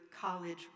college